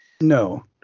No